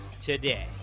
today